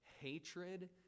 hatred